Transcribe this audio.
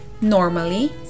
normally